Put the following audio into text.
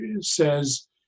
says